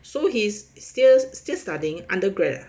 so he's still still studying undergrad ah